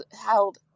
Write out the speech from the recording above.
held